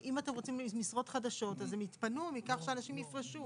אם אתם רוצים משרות חדשות אז הם יתפנו מכך שאנשים יפרשו.